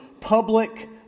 public